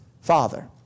father